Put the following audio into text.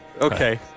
Okay